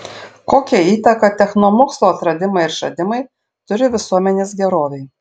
kokią įtaką technomokslo atradimai ir išradimai turi visuomenės gerovei